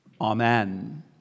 Amen